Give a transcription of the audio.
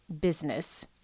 business